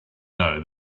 know